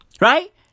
Right